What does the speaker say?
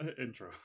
intro